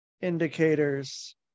indicators